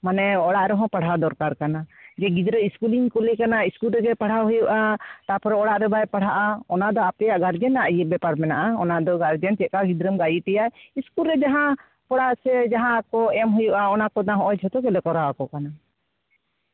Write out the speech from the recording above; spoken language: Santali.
ᱢᱟᱱᱮ ᱚᱲᱟᱜ ᱨᱮᱦᱚᱸ ᱯᱟᱲᱦᱟᱣ ᱫᱚᱨᱠᱟᱨ ᱠᱟᱱᱟ ᱡᱮ ᱜᱤᱫᱽᱨᱟᱹ ᱤᱥᱠᱩᱞᱤᱧ ᱠᱩᱞᱮ ᱠᱟᱱᱟ ᱤᱥᱠᱩᱞ ᱨᱮᱜᱮ ᱯᱟᱲᱦᱟᱣ ᱦᱩᱭᱩᱜᱼᱟ ᱛᱟᱨᱯᱚᱨᱮ ᱚᱲᱟᱜ ᱨᱮ ᱵᱟᱭ ᱯᱟᱲᱦᱟᱜᱼᱟ ᱚᱱᱟ ᱫᱚ ᱟᱯᱮᱭᱟᱜ ᱜᱟᱨᱡᱮᱱᱟᱜ ᱵᱮᱯᱟᱨ ᱢᱮᱱᱟᱜᱼᱟ ᱚᱱᱟ ᱫᱚ ᱜᱟᱨᱡᱮᱱ ᱪᱮᱫᱠᱟ ᱜᱤᱫᱽᱨᱟᱹᱢ ᱜᱟᱭᱤᱰᱮᱭᱟ ᱤᱥᱠᱩᱞᱨᱮ ᱡᱟᱦᱟᱸ ᱠᱞᱟᱥ ᱥᱮ ᱡᱟᱦᱟᱸ ᱠᱚ ᱮᱢ ᱦᱩᱭᱩᱜᱼᱟ ᱚᱱᱟ ᱠᱚ ᱵᱟᱝ ᱡᱷᱚᱛᱚ ᱜᱮᱞᱮ ᱠᱚᱨᱟᱣ ᱟᱠᱚ ᱠᱟᱱᱟ